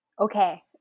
okay